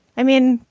i mean,